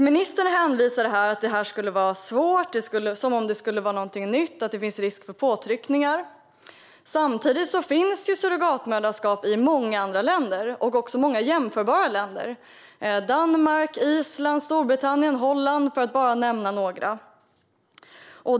Ministern hänvisar till att detta skulle vara svårt, som om det skulle vara någonting nytt att det finns risk för påtryckningar. Samtidigt finns surrogatmoderskap i många andra länder och även i många jämförbara länder. Det finns i Danmark, Island, Storbritannien och Holland, för att bara nämna några.